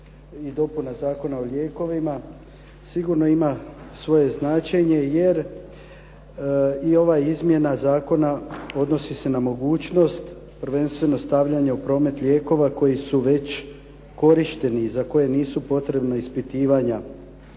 i dopuna Zakona o lijekovima sigurno ima svoje značenje, jer i ova izmjena zakona odnosi se na mogućnost prvenstveno stavljanja u promet lijekova koji su već korišteni i za koja nisu potrebna ispitivanja.